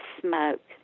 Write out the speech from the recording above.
smoke